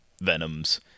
Venoms